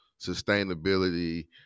sustainability